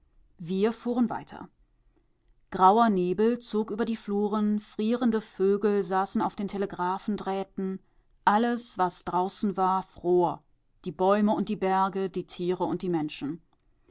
wir fuhren weiter grauer nebel zog über die fluren frierende vögel saßen auf den telegraphendrähten alles was draußen war fror die bäume und die berge die tiere und die menschen